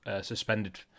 suspended